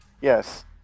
Yes